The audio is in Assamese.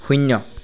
শূন্য